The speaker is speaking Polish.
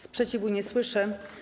Sprzeciwu nie słyszę.